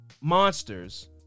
monsters